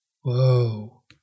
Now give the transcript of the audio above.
Whoa